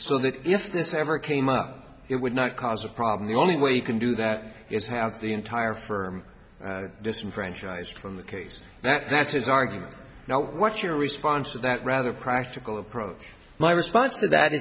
so that if this ever came up it would not cause a problem the only way you can do that is how the entire firm disenfranchised from the case that that's his argument now what's your response to that rather practical approach my response to that